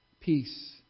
Peace